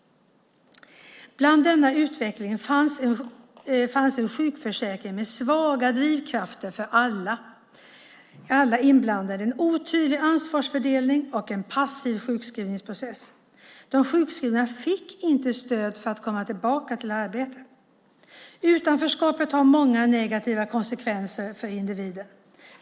Bakom denna utveckling fanns en sjukförsäkring med svaga drivkrafter för alla inblandade, en otydlig ansvarsfördelning och en passiv sjukskrivningsprocess. De sjukskrivna fick inte stöd för att komma tillbaka i arbete. Utanförskapet har många negativa konsekvenser för individen.